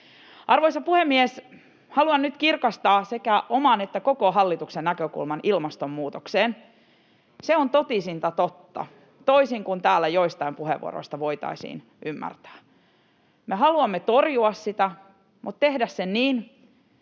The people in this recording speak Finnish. Arvoisa puhemies! Haluan nyt kirkastaa sekä oman että koko hallituksen näkökulman ilmastonmuutokseen. Se on totisinta totta, toisin kuin täällä joistain puheenvuoroista voitaisiin ymmärtää. Me haluamme torjua sitä mutta tehdä sen niin,